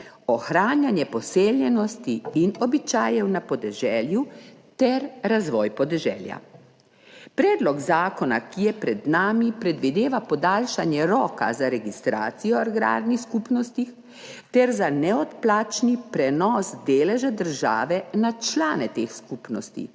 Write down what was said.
ohranjanje poseljenosti in običajev na podeželju ter razvoj podeželja. Predlog zakona, ki je pred nami, predvideva podaljšanje roka za registracijo agrarnih skupnosti ter za neodplačni prenos deleža države na člane teh skupnosti.